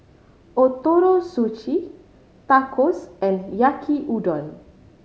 Ootoro Sushi Tacos and Yaki Udon